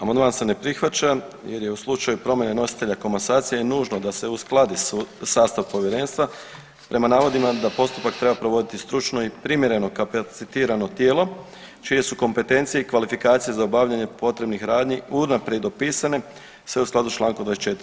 Amandman se ne prihvaća jer je u slučaju promjene nositelja komasacije je nužno da se uskladi sastav povjerenstva prema navodima da postupak treba provoditi stručno i primjereno kapacitirano tijelo čije su kompetencije i kvalifikacija za obavljanje potrebnih radnji unaprijed opisane sve u skladu s čl. 24.